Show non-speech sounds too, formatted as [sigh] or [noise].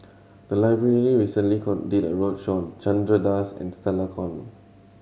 the library recently [unintelligible] did a roadshow on Chandra Das and Stella Kon